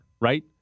right